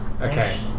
Okay